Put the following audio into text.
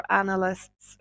analysts